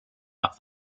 off